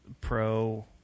pro